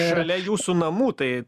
šalia jūsų namų tai